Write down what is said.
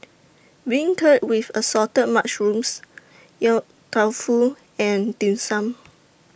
Beancurd with Assorted Mushrooms Yong Tau Foo and Dim Sum